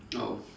oh